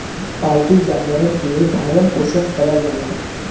पालतू जानवरन के भरण पोसन करल जाला